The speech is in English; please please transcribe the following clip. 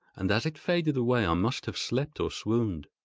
and as it faded away i must have slept or swooned.